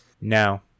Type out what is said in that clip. No